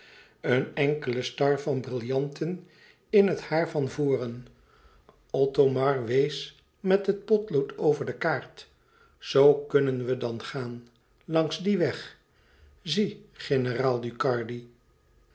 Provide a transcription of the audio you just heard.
een enkele star van brillanten in het haar van voren othomar wees met het potlood over de kaart zoo kunnen we dan gaan langs dien weg zie